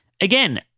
Again